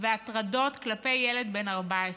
והטרדות כלפי ילד בן 14: